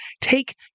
take